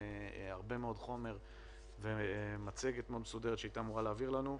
הרבה מאוד חומר ומצגת מאוד מסודרת שהיא הייתה אמורה להעביר לנו.